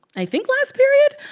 i think last period,